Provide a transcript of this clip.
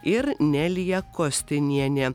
ir nelija kostinienė